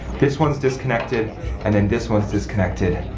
this one's disconnected and then this one's disconnected.